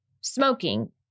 smoking